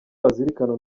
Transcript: wazirikana